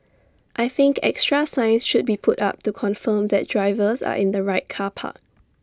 I think extra signs should be put up to confirm that drivers are in the right car park